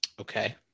Okay